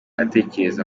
atekereza